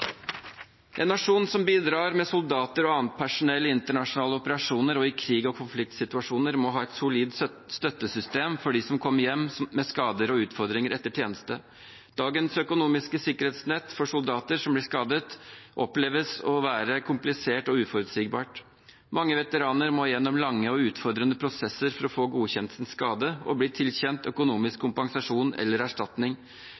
En nasjon som bidrar med soldater og annet personell i internasjonale operasjoner og i krig og konfliktsituasjoner, må ha et solid støttesystem for dem som kommer hjem med skader og utfordringer etter tjeneste. Dagens økonomiske sikkerhetsnett for soldater som blir skadet, oppleves å være komplisert og uforutsigbart. Mange veteraner må gjennom lange og utfordrende prosesser for å få godkjent sin skade og bli tilkjent økonomisk